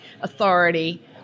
authority